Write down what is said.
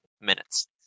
Minutes